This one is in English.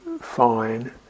fine